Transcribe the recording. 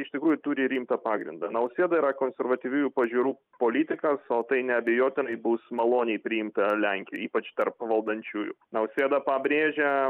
iš tikrųjų turi rimtą pagrindą nausėda yra konservatyviųjų pažiūrų politikas o tai neabejotinai bus maloniai priimta lenkijoj ypač tarp valdančiųjų nausėda pabrėžė